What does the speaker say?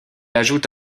ajoute